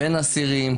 בין האסירים,